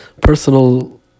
personal